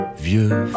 Vieux